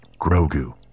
Grogu